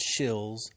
shills